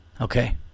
okay